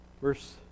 Verse